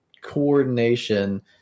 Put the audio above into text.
coordination